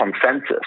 consensus